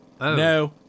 No